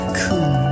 cool